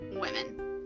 women